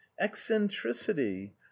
eccentricity